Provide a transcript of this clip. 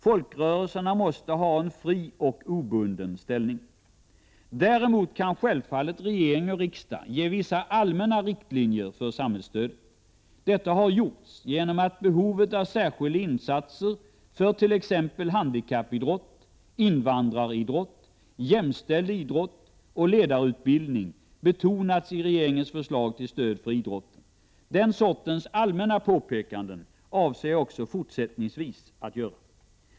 Folkrörelserna måste ha en fri och obunden ställning. Däremot kan självfallet regering och riksdag ge vissa allmänna riktlinjer för samhällsstödet. Detta har gjorts genom att behovet av särskilda insatser för t.ex. handikappidrott, invandraridrott, jämställd idrott och ledarutbildning betonats i regeringens förslag till stöd till idrotten. Den sortens allmänna påpekanden avser jag också fortsättningsvis att göra.